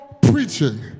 preaching